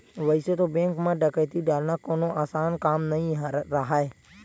वइसे तो बेंक म डकैती डालना कोनो असान काम नइ राहय